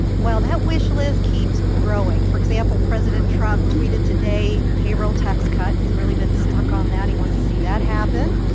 well, that wish list keeps growing. for example, president trump tweeted today, payroll tax cut. he's really been stuck on that. he wants to see that happen.